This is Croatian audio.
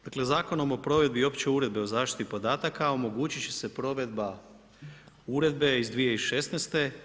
Dakle Zakonom o provedbi opće uredbe o zaštiti podataka omogućit će se provedba uredbe iz 2016.